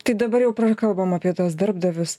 tai dabar jau prakalbom apie tuos darbdavius